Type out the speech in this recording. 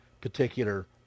particular